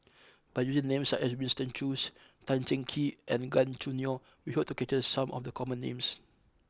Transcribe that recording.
by using names such as Winston Choos Tan Cheng Kee and Gan Choo Neo we hope to capture some of the common names